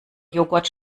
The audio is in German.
joghurt